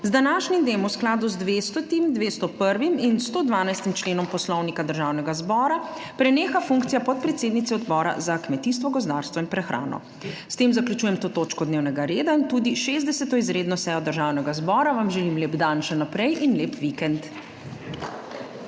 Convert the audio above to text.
z današnjim dnem v skladu z 200., 201. in 112. členom Poslovnika Državnega zbora preneha funkcija podpredsednice Odbora za kmetijstvo, gozdarstvo in prehrano. S tem zaključujem to točko dnevnega reda in tudi 60. izredno sejo Državnega zbora, vam želim lep dan še naprej in lep vikend.